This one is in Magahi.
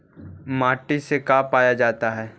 माटी से का पाया जाता है?